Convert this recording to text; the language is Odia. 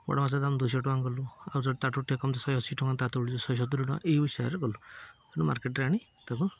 ବଡ଼ ମାଛ ଦୁଇ ଶହ ଟଙ୍କା ଗଲୁ ଆଉ ଯେଉଁଟା ତାଠାରୁ କମ୍ ଶହେ ଅଶୀ ଟଙ୍କା ତା ତଳୁ ଯିଏ ଶହେ ସତୁରି ଟଙ୍କା ଏଇ ହିସାବରେ ଗଲୁୁ ମାର୍କେଟ୍ରେ ଆଣି ତାକୁ